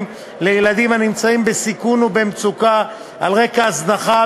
לילדים הנמצאים בסיכון ובמצוקה על רקע הזנחה,